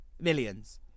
millions